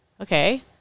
okay